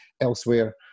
elsewhere